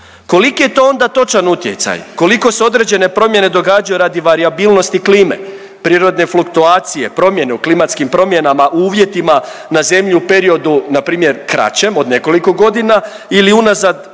Koliki je to onda točan utjecaj? Koliko se određene promjene događaju radi varijabilnosti klime, prirodne fluktuacije, promjene u klimatskim promjenama u uvjetima na zemlji u periodu npr. kraćem od nekoliko godina ili unazad